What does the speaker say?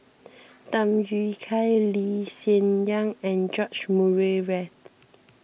Tham Yui Kai Lee Hsien Yang and George Murray Reith